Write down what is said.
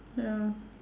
ya